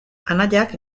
anaiak